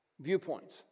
viewpoints